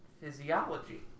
physiology